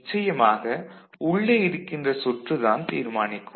நிச்சயமாக உள்ளே இருக்கின்ற சுற்று தான் தீர்மானிக்கும்